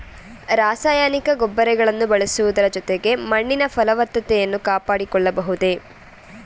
ರಾಸಾಯನಿಕ ಗೊಬ್ಬರಗಳನ್ನು ಬಳಸುವುದರ ಜೊತೆಗೆ ಮಣ್ಣಿನ ಫಲವತ್ತತೆಯನ್ನು ಕಾಪಾಡಿಕೊಳ್ಳಬಹುದೇ?